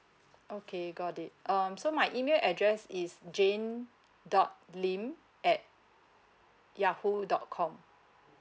okay got it um so my email address is jane dot lim at yahoo dot com